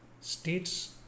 States